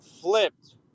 flipped